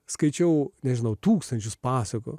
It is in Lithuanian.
skaičiau nežinau tūkstančius pasakų